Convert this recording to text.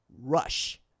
Rush